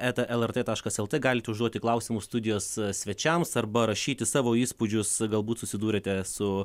eta lrt taškas lt galite užduoti klausimus studijos svečiams arba rašyti savo įspūdžius galbūt susidūrėte su